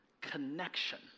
connection